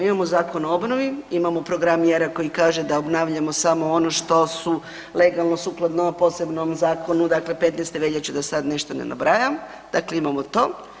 Imamo Zakon o obnovi, imamo program mjera koji kaže da obnavljamo samo ono što su legalno, sukladno posebnom zakonu, dakle 15. veljače, da sad nešto ne nabrajam, dakle imamo to.